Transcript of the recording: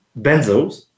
benzos